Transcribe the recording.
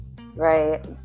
right